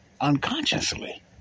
Unconsciously